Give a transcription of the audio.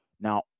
Now